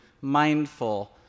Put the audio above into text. mindful